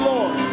Lord